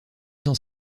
dans